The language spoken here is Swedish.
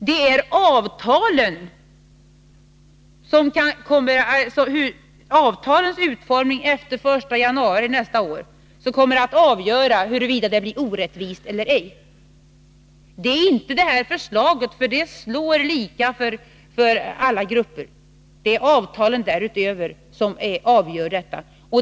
Det är avtalens utformning efter den 1 januari nästa år som kommer att avgöra huruvida det blir orättvist elier ej. Det är inte detta förslag, för det slår lika för alla grupper. Det är avtalen därutöver som avgör detta.